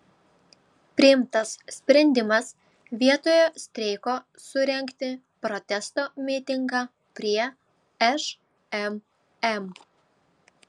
priimtas sprendimas vietoje streiko surengti protesto mitingą prie šmm